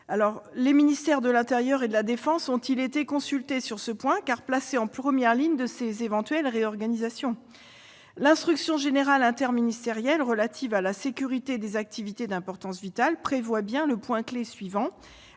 Les ministères de l'intérieur et de la défense ont-ils été consultés sur ce point, car ils seraient en première ligne de ces éventuelles réorganisations ? L'instruction générale interministérielle relative à la sécurité des activités d'importance vitale prévoit bien le point clé suivant